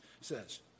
says